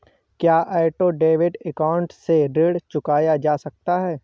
क्या auto debit account से ऋण चुकाया जा सकता है?